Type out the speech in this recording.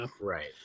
Right